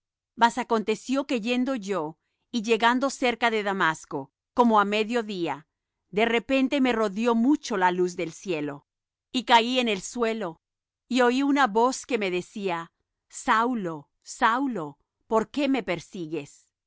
mas aconteció que yendo yo y llegando cerca de damasco como á medio día de repente me rodeó mucha luz del cielo y caí en el suelo y oí una voz que me decía saulo saulo por qué me persigues